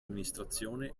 amministrazione